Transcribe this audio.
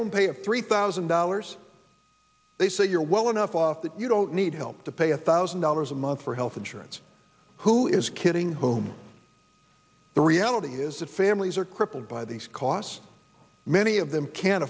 home pay of three thousand dollars they say you're well enough off that you don't need help to pay a thousand dollars a month for health insurance who is kidding whom the reality is that families are crippled by these costs many of them can't